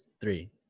three